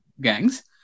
gangs